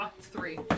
Three